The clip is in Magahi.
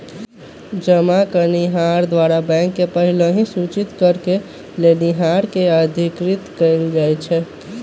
जमा करनिहार द्वारा बैंक के पहिलहि सूचित करेके लेनिहार के अधिकृत कएल जाइ छइ